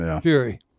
Fury